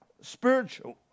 spiritual